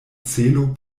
celo